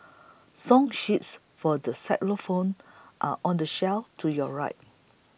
song sheets for the xylophones are on the shelf to your right